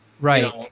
Right